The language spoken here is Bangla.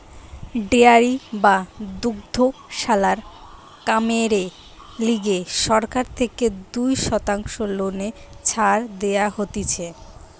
ডেয়ারি বা দুগ্ধশালার কামেরে লিগে সরকার থেকে দুই শতাংশ লোনে ছাড় দেওয়া হতিছে